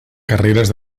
carreres